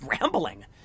rambling